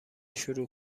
شروع